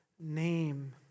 name